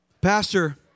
Pastor